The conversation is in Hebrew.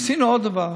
עשינו עוד דבר: